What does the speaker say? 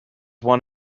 one